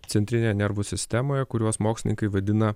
centrinėj nervų sistemoje kuriuos mokslininkai vadina